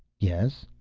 yes?